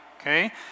okay